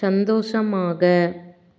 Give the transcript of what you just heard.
சந்தோஷமாக